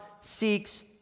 seeks